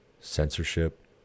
Censorship